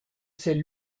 c’est